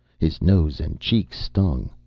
his nose and cheeks stung.